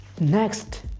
Next